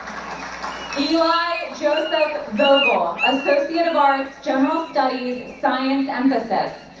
eli joseph vogel, associate of arts, general studies, science emphasis,